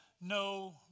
no